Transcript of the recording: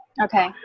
Okay